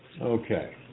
Okay